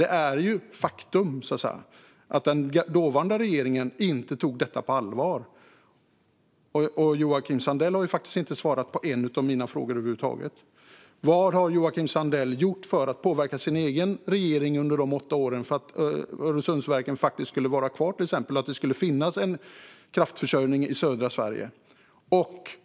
Det är ett faktum att den dåvarande regeringen inte tog detta på allvar. Joakim Sandell har inte svarat på en enda av mina frågor. Vad har Joakim Sandell gjort för att påverka sin egen regering under de åtta åren, till exempel för att Öresundsverket skulle vara kvar och för att det skulle finnas kraftförsörjning i södra Sverige?